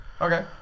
Okay